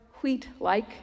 wheat-like